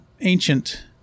ancient